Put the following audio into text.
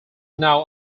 now